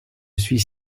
suis